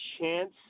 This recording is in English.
chance